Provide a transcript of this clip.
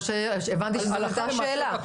הבנתי שזאת הייתה השאלה.